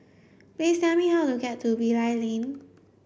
please tell me how to get to Bilal Lane